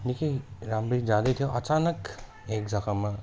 निकै राम्रै जाँदै थियो अचानक एकजग्गामा